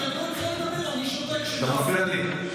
אני שותק, אתה מפריע לי.